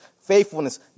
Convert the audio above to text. faithfulness